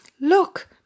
Look